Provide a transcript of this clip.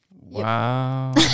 Wow